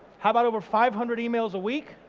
how about over five hundred emails a week,